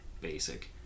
basic